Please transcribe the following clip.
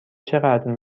چقدر